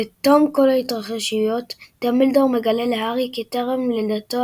בתום כל ההתרחשויות דמבלדור מגלה להארי כי טרם לידתו